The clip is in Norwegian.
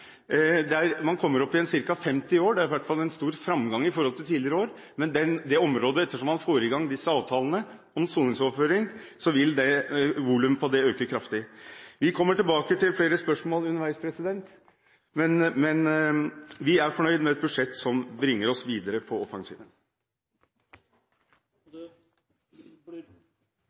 Man kommer opp i ca. 50 i år. Det er i hvert fall en stor framgang i forhold til tidligere år. Etter som man får i gang disse avtalene om soningsoverføring, vil volumet på det øke kraftig. Vi kommer tilbake til flere spørsmål underveis. Men vi er fornøyd med et budsjett som bringer oss videre på offensiven. Det blir